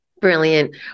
Brilliant